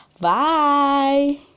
Bye